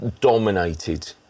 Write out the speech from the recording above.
dominated